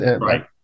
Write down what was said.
right